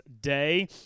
Day